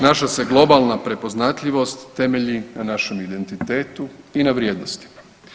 Naša se globalna prepoznatljiva temelji na našem identitetu i na vrijednostima.